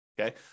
okay